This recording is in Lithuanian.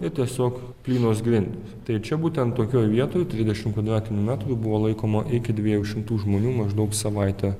ir tiesiog plynos grindys tai čia būtent tokioj vietoj trisdešimt kvadratinių metrų buvo laikoma iki dviejų šimtų žmonių maždaug savaitę